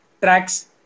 tracks